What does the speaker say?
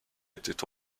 était